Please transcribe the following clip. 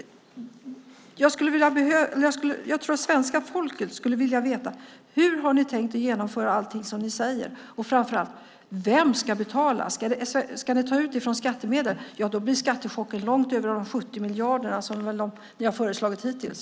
Jag tror att svenska folket skulle vilja veta: Hur har ni tänkt genomföra allt ni säger? Och framför allt, vem ska betala? Ska ni ta ut det från skattemedlen blir skattechocken långt över de 70 miljarder som ni har föreslagit hittills.